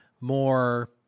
more